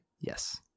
Yes